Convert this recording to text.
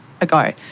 ago